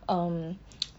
um